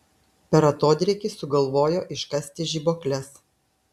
per atodrėkį sugalvojo iškasti žibuokles